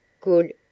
Good